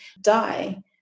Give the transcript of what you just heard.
die